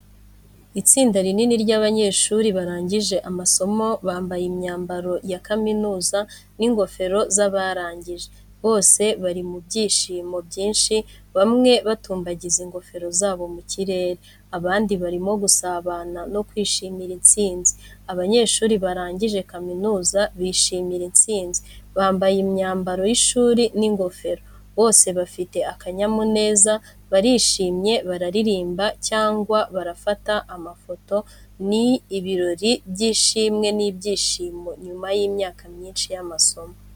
Itsinda rinini ry’abanyeshuri barangije amasomo, bambaye imyambaro ya kaminuza n’ingofero z’abarangije. Bose bari mu byishimo byinshi, bamwe batumbagira ingofero zabo mu kirere, abandi barimo gusabana no kwishimira intsinzi. banyeshuri barangije kaminuza bishimira intsinzi. Bambaye imyambaro y’ishuri n’ingofero, bose bafite akanyamuneza, barishimye, bararirimba cyangwa bafata amafoto. Ni ibirori by'ishimwe n'ibyishimo nyuma y’imyaka myinshi y’amasomo.